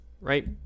right